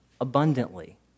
abundantly